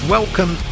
Welcome